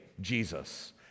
Jesus